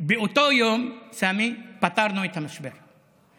באותו יום, סמי, פתרנו את המשבר.